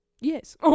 Yes